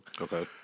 Okay